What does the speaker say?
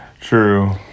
True